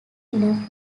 inner